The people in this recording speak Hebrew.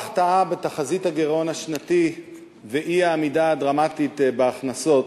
לנוכח ההחטאה בתחזית הגירעון השנתי ואי-עמידה דרמטית בהכנסות,